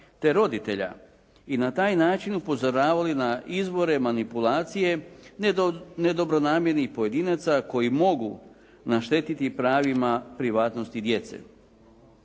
te roditelja i na taj način upozoravali na izvore manipulacije nedobronamjernih pojedinaca koji mogu naštetiti pravima privatnosti djece.